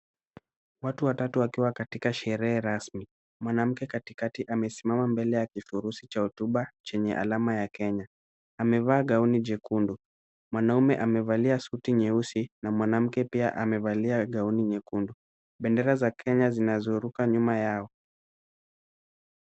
Watu watatu wakiwa katika sherehe rasmi. Mwanamke katikati amesimama mbele ya kifurushi cha hotuba yenye alama ya kenya. Amevaa gauni jekundu. Mwanaume amevalia suti nyeusi na mwanamke pia amevalia gauni nyekundu. Bendera za kenya zinaoruka nyuma yao.